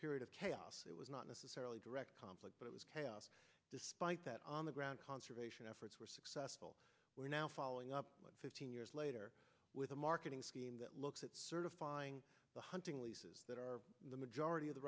period of chaos it was not necessarily direct conflict but it was chaos despite that on the ground conservation efforts were successful we're now following up fifteen years later with a marketing scheme that looks at certifying the hunting leases that are the majority of the